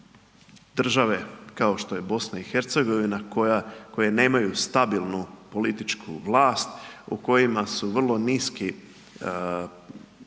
države kao što je BiH koje nemaju stabilnu političku vlast, u kojima su vrlo niski standardi